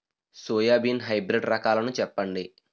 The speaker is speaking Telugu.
సోయాబీన్ హైబ్రిడ్ రకాలను చెప్పండి?